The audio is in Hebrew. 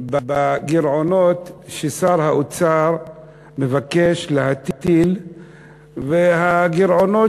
בגירעונות ששר האוצר מבקש להטיל והגירעונות